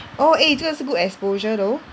oh eh 这个是 good exposure though